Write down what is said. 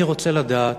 אני רוצה לדעת: